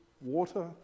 water